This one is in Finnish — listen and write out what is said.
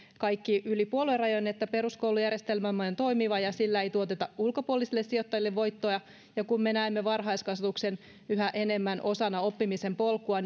kaikki ajattelemme yli puoluerajojen että peruskoulujärjestelmämme on toimiva ja sillä ei tuoteta ulkopuolisille sijoittajille voittoja ja kun me näemme varhaiskasvatuksen yhä enemmän osana oppimisen polkua